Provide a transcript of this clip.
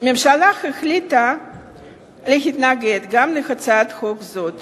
העובדה שהממשלה החליטה להתנגד גם להצעת החוק הזאת